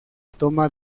toma